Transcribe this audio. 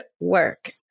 work